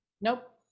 Nope